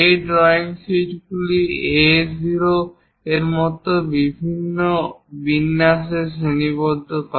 এই ড্রয়িং শীটগুলিকে A0 এর মতো বিভিন্ন বিন্যাসে শ্রেণীবদ্ধ করে